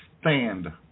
stand